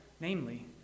namely